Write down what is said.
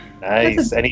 Nice